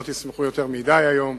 שלא תשמחו יותר מדי היום: